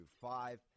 five